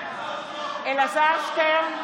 (קוראת בשמות חברי הכנסת) אלעזר שטרן,